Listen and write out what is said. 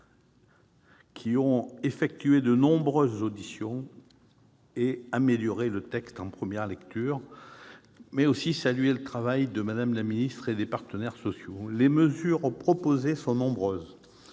qui ont effectué de nombreuses auditions et ont amélioré le texte en première lecture, mais aussi saluer le travail de Mme la ministre et des partenaires sociaux. Les mesures proposées sont nombreuses